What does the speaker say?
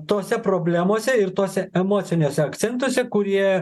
tose problemose ir tuose emociniuose akcentuose kurie